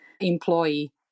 employee